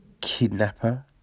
kidnapper